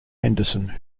henderson